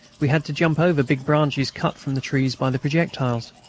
we had to jump over big branches cut from the trees by the projectiles.